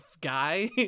guy